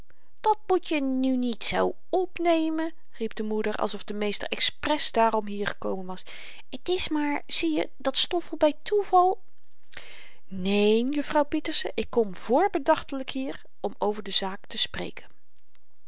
dat moet je nu niet z opnemen riep de moeder alsof de meester expres daarom hier gekomen was t is maar zieje dat stoffel by toeval neen juffrouw pieterse ik kom voorbedachtelyk hier om over de zaak te spreken